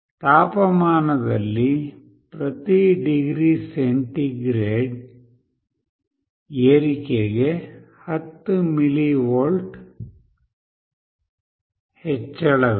ತಾಪಮಾನದಲ್ಲಿ ಪ್ರತಿ degree centigrade ಏರಿಕೆಗೆ 10 mV ಹೆಚ್ಚಳವಿದೆ